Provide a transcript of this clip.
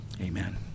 amen